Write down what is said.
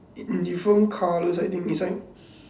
different colours I think design